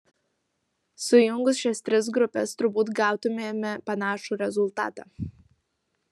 sujungus šias tris grupes turbūt gautumėme panašų rezultatą